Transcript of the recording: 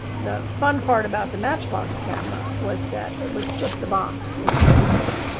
the fun part about the matchbox camera was that it was just a box with a camera in it.